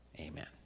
Amen